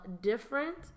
different